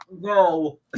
no